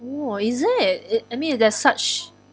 oh is it it I mean there's such